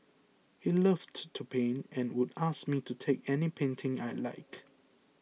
he loved to paint and would ask me to take any painting I liked